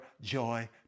joy